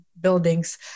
buildings